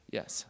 Yes